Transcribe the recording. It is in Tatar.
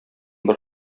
бер